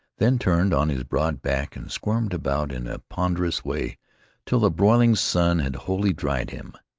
then turned on his broad back and squirmed about in a ponderous way till the broiling sun had wholly dried him.